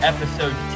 Episode